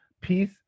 peace